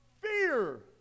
Fear